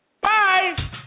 Bye